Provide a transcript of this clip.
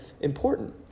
important